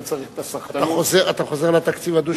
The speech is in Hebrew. מה צריך את הסחטנות, אתה חוזר לתקציב הדו-שנתי?